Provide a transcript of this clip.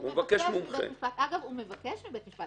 הוא מבקש מבית המשפט,